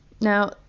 Now